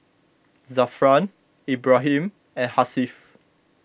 Zafran Ibrahim and Hasif